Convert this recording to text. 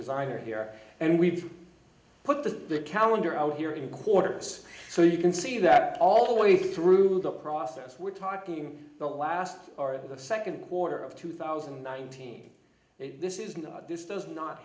designer here and we've put the calendar out here in quarter so you can see that all we through the process we're talking the last hour of the second quarter of two thousand and nineteen this is not this does not